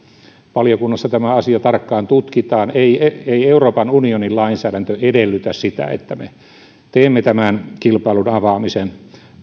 valiokunnassa tämä asia tarkkaan tutkitaan ei euroopan unionin lainsäädäntö edellytä sitä että me teemme tämän kilpailun avaamisen